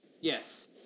yes